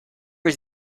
was